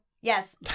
Yes